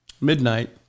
midnight